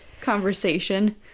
conversation